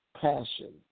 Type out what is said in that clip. passion